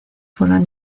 fueron